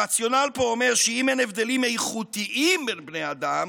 הרציונל פה אומר שאם אין הבדלים איכותיים בין בני אדם,